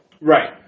Right